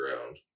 ground